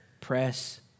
press